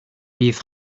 bydd